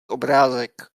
obrázek